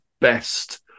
best